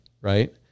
right